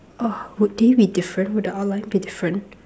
oh would they be different would the outline be different